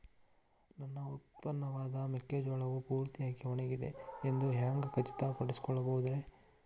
ನನ್ನ ಉತ್ಪನ್ನವಾದ ಮೆಕ್ಕೆಜೋಳವು ಪೂರ್ತಿಯಾಗಿ ಒಣಗಿದೆ ಎಂದು ಹ್ಯಾಂಗ ಖಚಿತ ಪಡಿಸಿಕೊಳ್ಳಬಹುದರೇ?